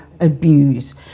abuse